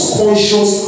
conscious